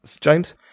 James